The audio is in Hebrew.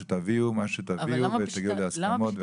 שתביאו מה שתביאו ותגיעו להסכמות.